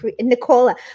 Nicola